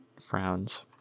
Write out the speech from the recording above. frowns